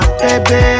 baby